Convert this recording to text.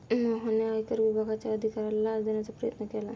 मोहनने आयकर विभागाच्या अधिकाऱ्याला लाच देण्याचा प्रयत्न केला